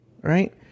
right